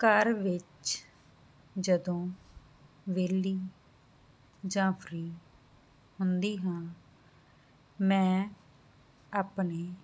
ਘਰ ਵਿੱਚ ਜਦੋਂ ਵੇਹਲੀ ਜਾਂ ਫਰੀ ਹੁੰਦੀ ਹਾਂ ਮੈਂ ਆਪਣੇ